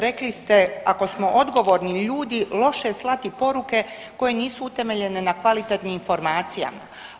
Rekli ste ako smo odgovorni ljudi, loše je slati poruke koje nisu utemeljene na kvalitetnim informacijama.